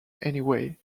anyway